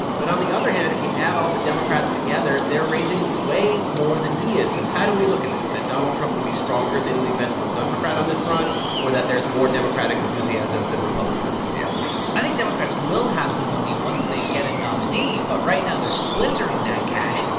but on the other hand, if you add all the democrats together, they're raising way more than he is. so how do we look at this that donald trump would be stronger than the eventual democrat on this front or that there's more democratic enthusiasm than republican enthusiasm? i think democrats will have the money once they get a nominee. but right now they're splintering that cash.